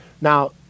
Now